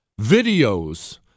videos